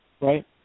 right